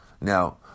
Now